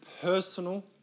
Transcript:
personal